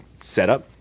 setup